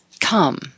come